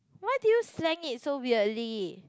why did you slang it so weirdly